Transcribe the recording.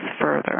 further